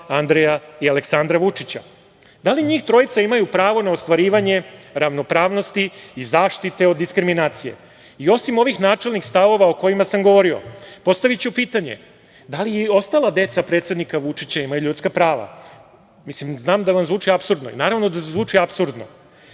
Andreja i Aleksandra Vučića? Da li njih trojica imaju pravo na ostvarivanje ravnopravnosti i zaštite od diskriminacije? Osim ovih načelnih stavova o kojima sam govorio, postaviću pitanje - da li i ostala deca predsednika Vučića imaju ljudska prava? Znam da vam zvučni apsurdno, i naravno da zvuči apsurdno,